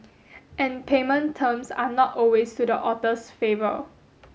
and payment terms are not always to the author's favour